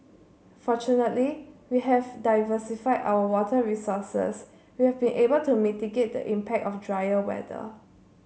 fortunately we have diversified our water resources we have been able to mitigate the impact of drier weather